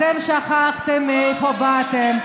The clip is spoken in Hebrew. אתם שכחתם מאיפה באתם.